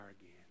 again